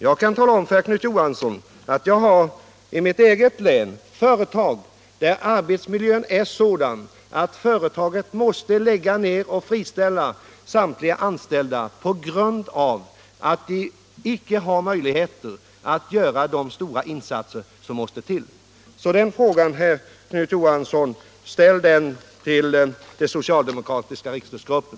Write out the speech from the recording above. Jag kan tala om för Knut Johansson att det i mitt eget hemlän finns företag, där arbetsmiljön är sådan att man tvingas lägga ned verksamheten och friställa samtliga anställda på grund av att man icke har möjligheter att göra de stora insatser som krävs på detta område. Jag vill alltså uppmana Knut Johansson att i stället rikta sin fråga till den socialdemokratiska riksdagsgruppen.